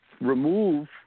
remove